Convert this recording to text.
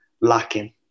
lacking